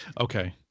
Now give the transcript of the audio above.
Okay